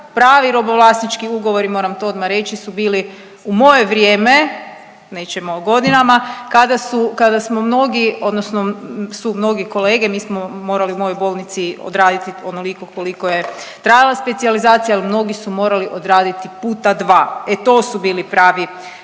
Pravi robovlasnički ugovori moram to odmah reći su bili u moje vrijeme, nećemo o godinama kada su, kada smo mnogi odnosno su mnogi kolege, mi smo morali u mojoj bolnici odraditi onoliko koliko je trajala specijalizacija, jer mnogi su morali odraditi puta dva. E to su bili pravi